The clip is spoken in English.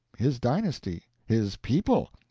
his dynasty, his people,